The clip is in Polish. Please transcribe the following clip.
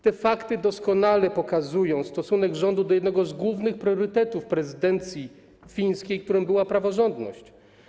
Te fakty doskonale pokazują stosunek rządu do jednego z głównych priorytetów prezydencji fińskiej, którym była praworządność.